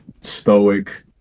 stoic